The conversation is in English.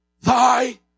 Thy